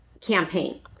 campaign